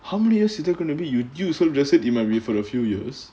how many years is that going to be you you suggested it might be for a few years